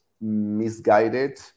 misguided